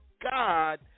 God